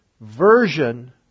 version